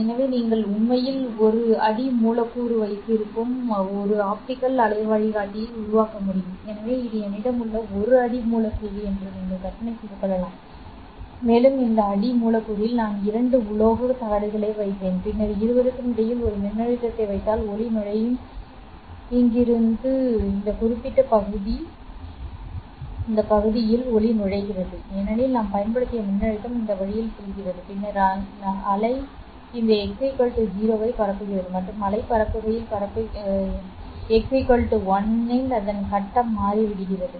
எனவே நீங்கள் உண்மையில் ஒரு அடி மூலக்கூறு வைத்திருக்கும் ஒரு ஆப்டிகல் அலை வழிகாட்டியை உருவாக்க வேண்டும் எனவே இது என்னிடம் உள்ள ஒரு அடி மூலக்கூறு என்று நீங்கள் கற்பனை செய்து கொள்ளலாம் மேலும் இந்த அடி மூலக்கூறில் நான் இரண்டு உலோக தகடுகளை வைத்தேன் பின்னர் இருவருக்கும் இடையில் ஒரு மின்னழுத்தத்தை வைத்தால் ஒளி நுழையும் இங்கிருந்து இந்த குறிப்பிட்ட பகுதி எனவே இந்த பகுதியில் ஒளி நுழைகிறது ஏனெனில் நாம் பயன்படுத்திய மின்னழுத்தம் இந்த வழியில் செல்கிறது பின்னர் அலை இந்த x 0 ஐப் பரப்புகிறது மற்றும் அலை பரப்புகையில் பரப்புகிறது மற்றும் வெளியே வருகிறது x l இல் அதன் கட்டம் மாறிவிட்டது